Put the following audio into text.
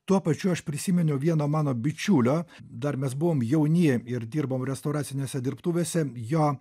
tuo pačiu aš prisiminiau vieno mano bičiulio dar mes buvom jauni ir dirbom restauracinėse dirbtuvėse jo